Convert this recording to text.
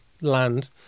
land